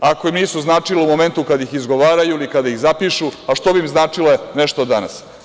Ako nisu značile u momentu kad ih izgovaraju ili kada ih zapišu, a što bi im značile nešto danas?